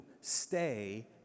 Stay